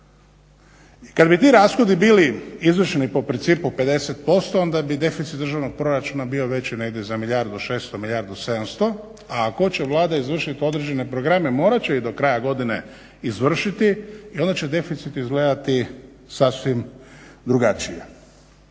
kad bi ti rashodi bili izvršeni po principu 50% onda bi deficit državnog proračuna bio veći negdje za milijardu šesto, milijardu sedamsto, a ako hoće Vlada izvršit određene programe morat će ih do kraja godine izvršiti i onda će deficit izgledati sasvim drugačije.